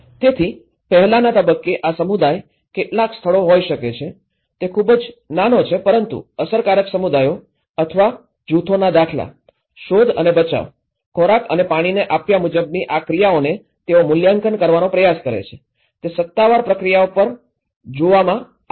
તેથી પહેલાંના તબક્કે આ સમુદાય કેટલાક સ્થળો હોઈ શકે છે તે ખૂબ જ નાનો છે પરંતુ અસરકારક સમુદાયો અથવા જૂથોના દાખલા શોધ અને બચાવ ખોરાક અને પાણીને આપ્યા મુજબની આ ક્રિયાઓને તેઓ મૂલ્યાંકન કરવાનો પ્રયાસ કરે છે તે સત્તાવાર પ્રક્રિયાઓ પણ જોવામાં આવી છે